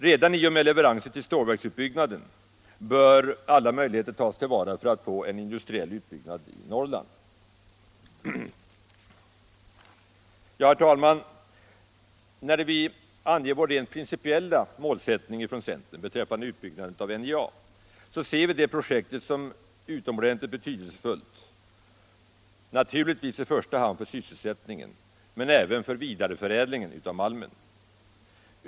Redan i samband med leveranser till stålverksutbyggnaden bör alla möjligheter tas till vara för att få en industriell utbyggnad i övre Norrland. Herr talman! När vi från centern anger vår rent principiella målsättning beträffande utbyggnaden av NJA ser vi det projektet som utomordentligt betydelsefullt, naturligtvis i första hand för sysselsättningen men även för vidareförädlingen av malmen.